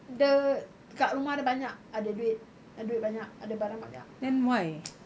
dia kat rumah ada banyak ada duit ada duit banyak ada barang banyak